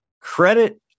Credit